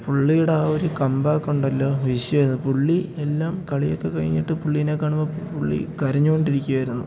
പുള്ളിയുടെ ആ ഒരു കം ബേക്കുണ്ടല്ലോ വിഷയമായിരുന്നു പുള്ളി എല്ലാം കളിയൊക്കെ കഴിഞ്ഞിട്ട് പുള്ളീനെ കാണുമ്പോൾ പുള്ളി കരഞ്ഞു കൊണ്ടിരിക്കുമായിരുന്നു